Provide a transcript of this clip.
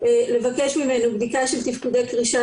לבקש ממנו בדיקה של תפקודי קרישה,